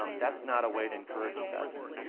um that's not a way to encourage investment.